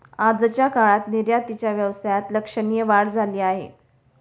आजच्या काळात निर्यातीच्या व्यवसायात लक्षणीय वाढ झाली आहे